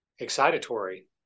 excitatory